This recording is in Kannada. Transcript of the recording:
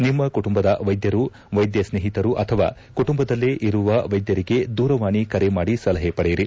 ನಿಮ್ಮ ಕುಟುಂಬದ ವೈದ್ಯರು ವೈದ್ಯ ಸ್ನೇಹಿತರು ಅಥವಾ ಕುಟುಂಬದಲ್ಲೇ ಇರುವ ವೈದ್ಯರಿಗೆ ದೂರವಾಣಿ ಕರೆ ಮಾಡಿ ಸಲಹೆ ಪಡೆಯಿರಿ